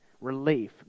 Relief